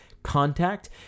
Contact